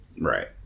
Right